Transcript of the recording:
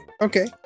Okay